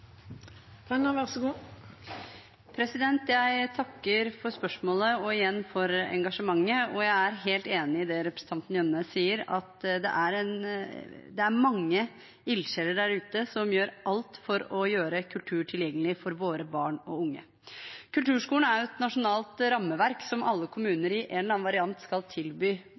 Jeg takker for spørsmålet og igjen for engasjementet. Jeg er helt enig i det representanten Jønnes sier om at det er mange ildsjeler der ute som gjør alt for å gjøre kultur tilgjengelig for våre barn og unge. Kulturskolen er et nasjonalt rammeverk som alle kommuner skal tilby i en eller annen variant